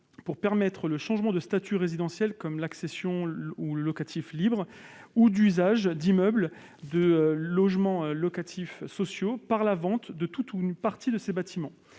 pour permettre le changement de statut résidentiel- accession, locatif libre -ou d'usage d'immeubles de logements locatifs sociaux par la vente de tout ou partie de ces bâtiments.